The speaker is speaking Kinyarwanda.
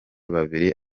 babiri